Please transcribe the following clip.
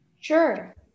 Sure